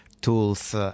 tools